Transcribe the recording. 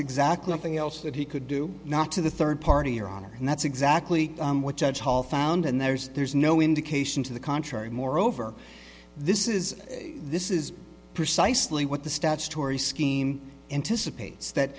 thing else that he could do not to the third party your honor and that's exactly what judge paul found and there's there's no indication to the contrary moreover this is this is precisely what the stats tory scheme anticipates that